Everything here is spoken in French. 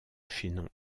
chaînon